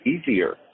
easier